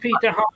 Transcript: Peter